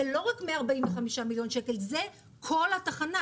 ולא רק 145 מיליון שקל, זה כל התחנה.